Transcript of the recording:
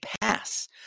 pass